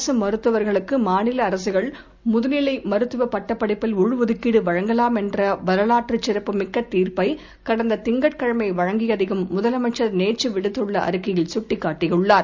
அரசு மருத்துவர்களுக்கு மாநில அரசுகள் முதுநிலை மருத்துவப் பட்டப் படிப்பில் உள்ஒதுகீடு வழங்கவாம் என்ற வரலாற்றுச் சிறப்புமிக்க தீர்ப்பை கடந்த திங்கட்கிழமை வழங்கியதையும் முதலமைச்சர் நேற்று விடுத்துள்ள அறிக்கையில் சுட்டிக்காட்டியுள்ளார்